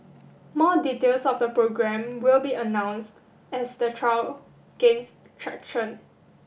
more details of the programme will be announced as the trial gains traction